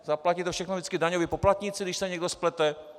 Zaplatí to všechno vždycky daňoví poplatníci, když se někdo splete?